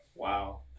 Wow